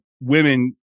women